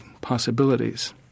possibilities